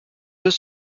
deux